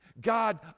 God